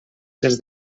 dels